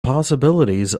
possibilities